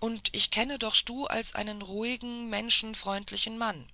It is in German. und ich kenne doch stuh als einen ruhigen menschenfreundlichen mann